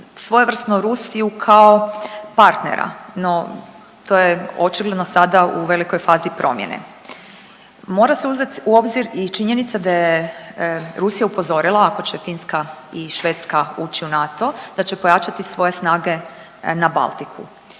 svojevrsno Rusiju kao partnera. No to je očigledno sada u velikoj fazi promjene. Mora se uzeti u obzir i činjenica da je Rusija upozorila ako će Finska i Švedska ući u NATO da će pojačati svoje snage na Baltiku.